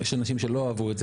יש אנשים שלא אהבו את זה,